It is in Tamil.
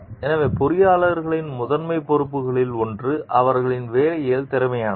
எனவே பொறியாளர்களின் முதன்மை பொறுப்புகளில் ஒன்று அவர்களின் வேலையில் திறமையானது